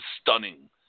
stunning